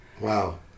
Wow